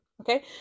Okay